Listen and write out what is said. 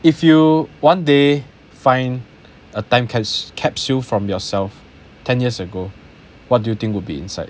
if you one day find a time caps~ capsule from yourself ten years ago what do you think would be inside